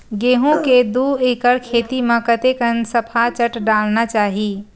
गेहूं के दू एकड़ खेती म कतेकन सफाचट डालना चाहि?